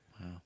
Wow